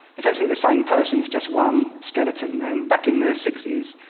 it's actually the same person. it's just one skeleton. and back in the sixty s,